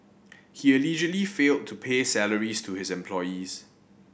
he allegedly failed to pay salaries to his employees